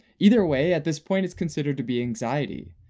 either way, at this point it's considered to be anxiety.